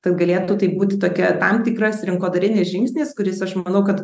tad galėtų taip būti tokia tam tikras rinkodarinis žingsnis kuris aš manau kad